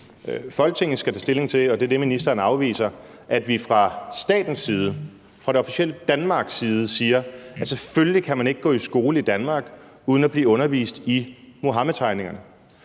Folketinget skal tage stilling til, og det er det, ministeren afviser, at vi fra statens side, fra det officielle Danmarks side, siger, at selvfølgelig kan man ikke gå i skole i Danmark uden at blive undervist i Muhammedtegningerne.